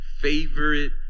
favorite